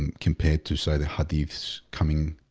compared to say the hadith coming,